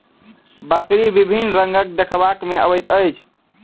बकरी विभिन्न रंगक देखबा मे अबैत अछि